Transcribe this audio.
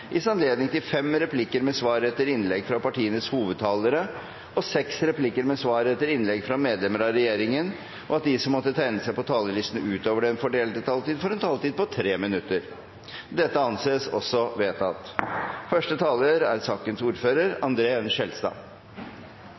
gitt anledning til replikkordskifte på inntil fem replikker med svar etter innlegg fra partienes hovedtalspersoner og seks replikker med svar etter innlegg fra medlemmer av regjeringen innenfor den fordelte taletid. Videre vil presidenten foreslå at de som måtte tegne seg på talerlisten utover den fordelte taletid, får en taletid på inntil 3 minutter. – Det anses vedtatt. Innledningsvis prøvde vi gjennom dette